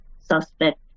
suspect